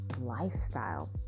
lifestyle